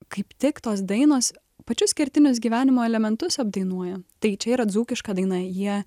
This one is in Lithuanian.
kaip tik tos dainos pačius kertinius gyvenimo elementus apdainuoja tai čia yra dzūkiška daina jie